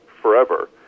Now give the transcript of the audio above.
forever